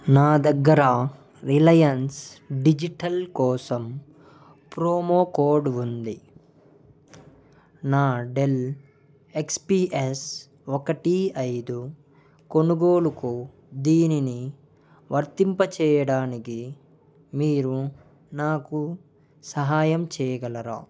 నా దగ్గర Reliance Digital కోసం ప్రోమో కోడ్ ఉంది నా డెల్ ఎక్స్ పీ ఎస్ ఒకటి ఐదు కొనుగోలుకు దీనిని వర్తింపచేయడానికి మీరు నాకు సహాయం చేయగలరా